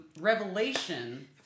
revelation